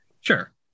Sure